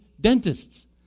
dentists